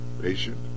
patient